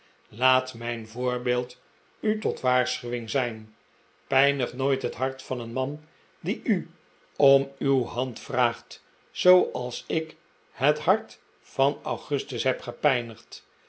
laat mijn voorbeeld u tot waarschuwing zijn pijnig nooit het hart van een man die u om uw hand vraagt zooals ik het hart van augustus heb